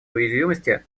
уязвимости